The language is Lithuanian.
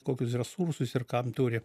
kokius resursus ir kam turi